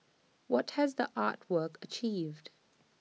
what has the art work achieved